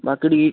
ബാക്കി ഡീ